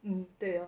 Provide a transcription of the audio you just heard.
嗯对咯